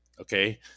Okay